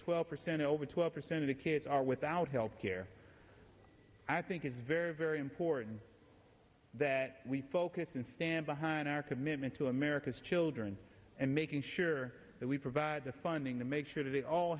twelve percent over twelve percent of the kids are without health care i think is very very important that we focus and stand behind our commitment to america's children and making sure that we provide the funding to make sure that they all